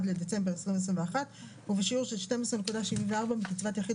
בטבת התשפ"ב (31 בדצמבר 2021) ובשיעור של 12.74% מקצבת יחיד